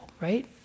right